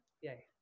Yay